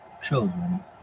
children